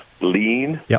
lean